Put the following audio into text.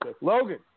Logan